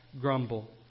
grumble